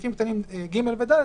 סעיפים קטנים (ג) ו-(ד),